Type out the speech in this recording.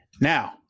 Now